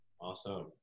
Awesome